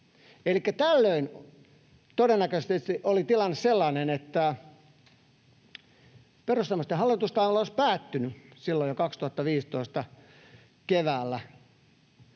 tällöin todennäköisesti oli tilanne sellainen, että perussuomalaisten hallitustaival olisi päättynyt silloin jo keväällä